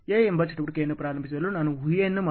A ಎಂಬ ಚಟುವಟಿಕೆಯನ್ನು ಪ್ರಾರಂಭಿಸಲು ನಾನು ಊಹೆಯನ್ನು ಮಾಡಬಹುದು